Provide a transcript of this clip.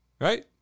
Right